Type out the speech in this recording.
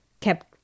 kept